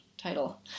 title